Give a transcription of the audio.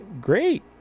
great